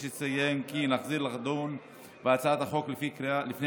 יש לציין כי נחזור לדון בהצעת החוק לפני